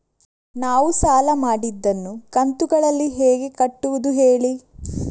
ನಾವು ಸಾಲ ಮಾಡಿದನ್ನು ಕಂತುಗಳಲ್ಲಿ ಹೇಗೆ ಕಟ್ಟುದು ಹೇಳಿ